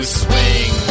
swing